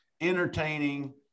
entertaining